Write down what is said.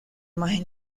más